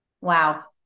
Wow